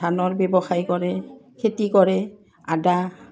ধানৰ ব্যৱসায় কৰে খেতি কৰে আদা